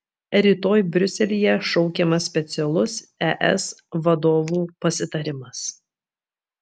rytoj briuselyje šaukiamas specialus es vadovų pasitarimas